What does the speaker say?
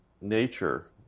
nature